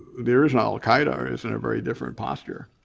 the original al-qaeda is and a very different posture.